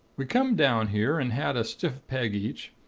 we came down here, and had a stiff peg each.